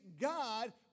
God